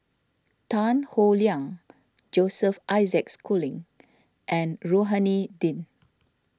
Tan Howe Liang Joseph Isaac Schooling and Rohani Din